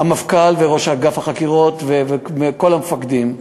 המפכ"ל וראש אגף החקירות וכל המפקדים,